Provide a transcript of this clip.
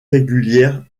régulière